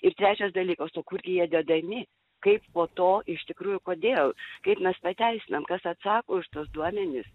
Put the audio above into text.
ir trečias dalykas o kur gi jie dedami kaip po to iš tikrųjų kodėl kaip mes pateisinam kas atsako už tuos duomenis